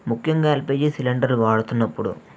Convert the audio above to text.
ముఖ్యంగా ఎల్పిజి సిలిండర్లు వాడుతున్నప్పుడు